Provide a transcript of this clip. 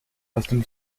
custom